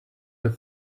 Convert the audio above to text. that